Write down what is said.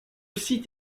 site